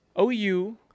OU